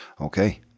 Okay